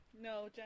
No